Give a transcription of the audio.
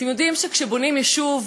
אתם יודעים שכשבונים יישוב,